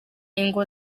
ingo